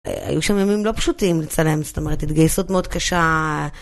היו שם ימים לא פשוטים לצלם, זאת אומרת, התגייסות מאוד קשה.